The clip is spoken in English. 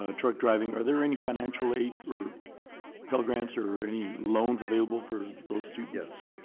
ah truck driving, are there any financial aid or pell grants or any loans available for those students.